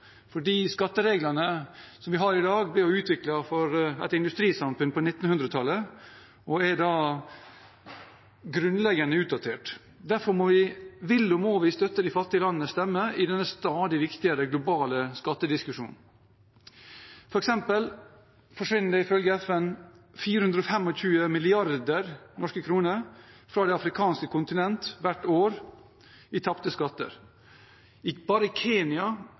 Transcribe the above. skattereglene som vi har i dag, ble utviklet for et industrisamfunn på 1900-tallet og er grunnleggende utdatert. Derfor vil og må vi støtte de fattige landenes stemme i denne stadig viktigere globale skattediskusjonen. For eksempel forsvinner det ifølge FN 425 mrd. kr fra det afrikanske kontinent hvert år i tapte skatter. Bare